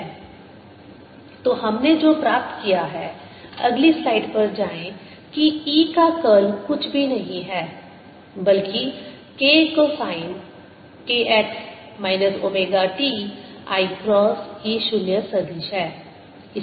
Ei×0j0 ∂xEz0sin kx ωt k∂xEy0sin kx ωt 0kcoskx ωt jEz0kEy0 तो हमने जो प्राप्त किया है अगली स्लाइड पर जाएं कि E का कर्ल कुछ भी नहीं है बल्कि k cosine k x minus omega t i cross E 0 सदिश है